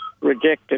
rejected